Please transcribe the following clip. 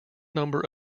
number